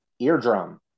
eardrum